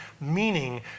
meaning